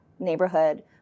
neighborhood